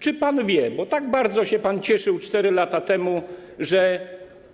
Czy pan wie - tak bardzo się pan cieszył 4 lata temu - że